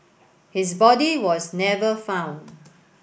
his body was never found